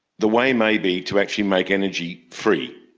the way may be to actually make energy free.